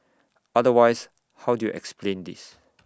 otherwise how do you explain this